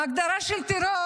ההגדרה של טרור